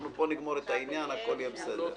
פה נגמור את העניין, הכול יהיה בסדר.